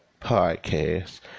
Podcast